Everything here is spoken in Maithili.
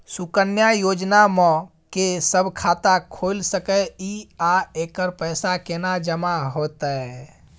सुकन्या योजना म के सब खाता खोइल सके इ आ एकर पैसा केना जमा होतै?